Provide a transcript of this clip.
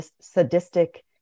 sadistic